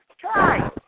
try